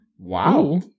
Wow